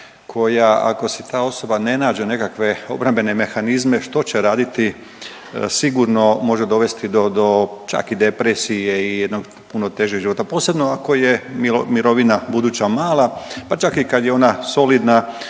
koja ako si ta osoba ne nađe nekakve obrambene mehanizme što će raditi, sigurno može dovesti do, do čak i depresije i jednog puno težeg života, posebno ako je mirovina buduća mala, pa čak i kad je ona solidna,